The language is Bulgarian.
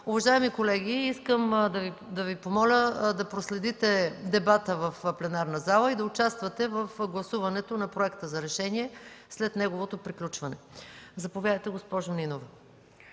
уважаеми колеги, искам да Ви помоля да проследите дебата в пленарната зала и да участвате в гласуването на проекта за решение след неговото приключване. Заповядайте, госпожо Нинова.